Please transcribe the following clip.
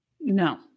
No